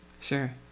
Sure